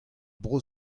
bro